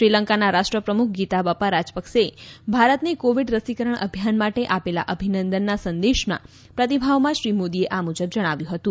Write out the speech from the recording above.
શ્રીલંકાના રાષ્ટ્રપ્રમુખ ગીતાબાપા રાજપક્સેએ ભારતને કોવીડ રસીકરણ અભિયાન માટે આપેલા અભિનંદનના સંદેશના પ્રતિભાવમાં શ્રી મોદીએ આ મુજબ જણાવ્યું હતું